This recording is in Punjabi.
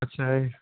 ਅੱਛਾ ਜੀ